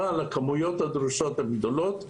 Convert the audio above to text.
אבל הכמויות הדרושות הן גדולות,